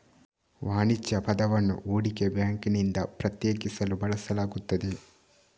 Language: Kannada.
ವಾಣಿಜ್ಯ ಪದವನ್ನು ಹೂಡಿಕೆ ಬ್ಯಾಂಕಿನಿಂದ ಪ್ರತ್ಯೇಕಿಸಲು ಬಳಸಲಾಗುತ್ತದೆ